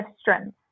strength